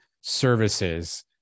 services